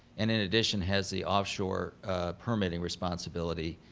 and in addition, has the offshore permitting responsibility.